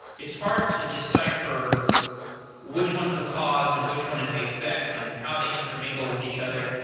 it's hard to decipher which one is the cause and which one is the effect and how they intermingle with each other.